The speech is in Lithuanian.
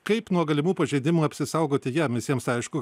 kaip nuo galimų pažeidimų apsisaugoti jam visiems aišku